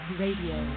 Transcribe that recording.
radio